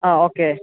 ആ ഓക്കേ